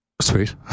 Sweet